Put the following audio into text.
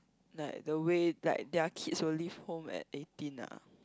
like the way like their kids will leave home at eighteen ah